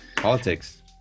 Politics